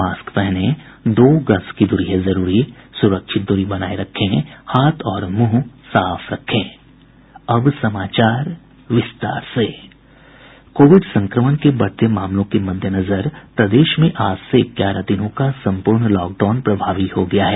mask पहनें दो गज दूरी है जरूरी सुरक्षित दूरी बनाये रखें हाथ और मुंह साफ रखें कोविड संक्रमण के बढ़ते मामलों के मद्देनजर प्रदेश में आज से ग्यारह दिनों का सम्पूर्ण लॉकडाउन प्रभावी हो गया है